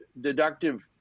deductive